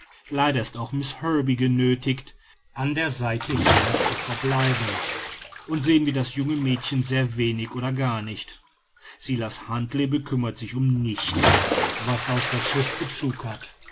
leider ist auch miß herbey genöthigt an der seite jener zu verbleiben und sehen wir das junge mädchen sehr wenig oder gar nicht silas huntly bekümmert sich um nichts was auf das schiff bezug hat